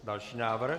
Další návrh.